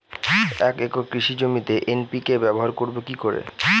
এক একর কৃষি জমিতে এন.পি.কে ব্যবহার করব কি করে?